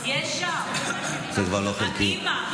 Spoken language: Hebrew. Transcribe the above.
יש שם, האימא והאחים.